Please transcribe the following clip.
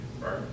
right